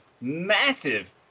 massive